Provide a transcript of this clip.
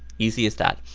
easy as that.